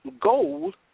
gold